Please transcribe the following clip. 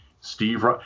Steve